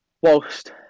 whilst